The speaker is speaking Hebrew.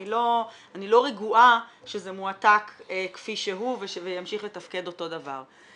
אני לא רגועה שזה מועתק כפי שהוא וימשיך לתפקד אותו דבר.